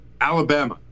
Alabama